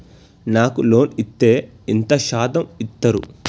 నాకు లోన్ ఇత్తే ఎంత శాతం ఇత్తరు?